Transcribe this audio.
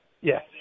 Yes